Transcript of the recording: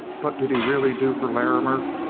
but did he really do for larrimer?